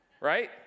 right